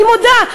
אני מודה.